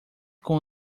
con